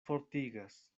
fortigas